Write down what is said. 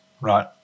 Right